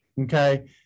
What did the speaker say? okay